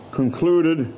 concluded